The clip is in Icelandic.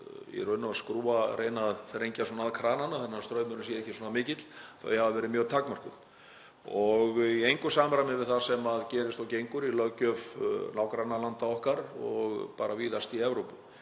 í rauninni og reyna að þrengja að krananum þannig að straumurinn sé ekki svona mikill hafa verið mjög takmörkuð og í engu samræmi við það sem gerist og gengur í löggjöf nágrannalanda okkar og bara víðast í Evrópu.